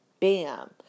Bam